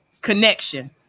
connection